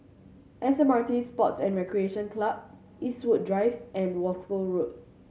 S M R T Sports and Recreation Club Eastwood Drive and Wolskel Road